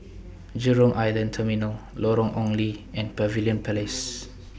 Jurong Island Terminal Lorong Ong Lye and Pavilion Place